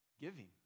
Giving